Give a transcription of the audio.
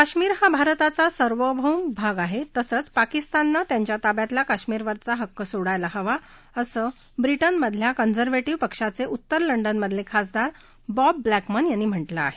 काश्मीर हा भारताचा सार्वमौम भाग आहे तसंच पाकिस्ताननं त्यांच्या ताब्यातल्या काश्मीरवरचा हक्क सोडायला हवा असं ब्रिटनमधल्या कंजरव्हेटीव्ह पक्षाचे उत्तर लंडनमधले खासदार बॉब ब्लॅकमन यांनी म्हटलं आहे